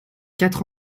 quatre